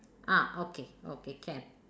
ah okay okay can